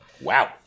Wow